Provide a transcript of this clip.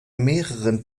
mehreren